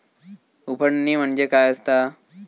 उफणणी म्हणजे काय असतां?